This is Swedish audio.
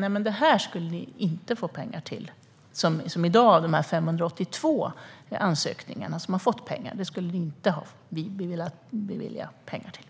att man inte skulle få pengar till av de 582 ansökningarna som har beviljats pengar i dag?